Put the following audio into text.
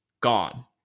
gone